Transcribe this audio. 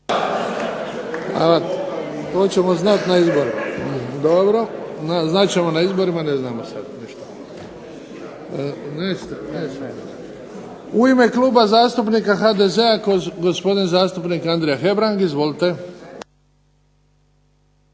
acta. **Bebić, Luka (HDZ)** Dobro, znat ćemo na izborima, ne znamo sada ništa. U ime Kluba zastupnika HDZ-a, gospodin zastupnik Andrija Hebrang, izvolite.